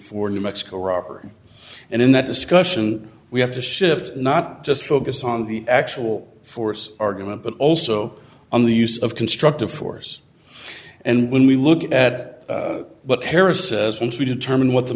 a new mexico rocker and in that discussion we have to shift not just focus on the actual force argument but also on the use of constructive force and when we look at what harris says when we determine what the